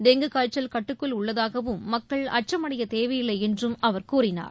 dengue காய்ச்சல் கட்டுக்குள் உள்ளதாகவும் மக்கள் அச்சமடையத் தேவையில்லை என்றும் அவர் கூறினார்